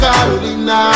Carolina